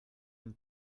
une